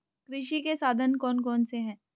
कृषि के साधन कौन कौन से हैं?